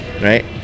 right